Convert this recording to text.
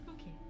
Okay